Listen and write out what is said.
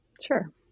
sure